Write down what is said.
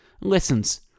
Lessons